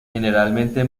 generalmente